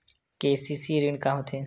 KCC ऋण का होथे?